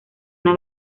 una